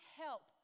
help